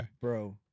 Bro